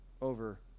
over